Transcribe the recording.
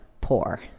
poor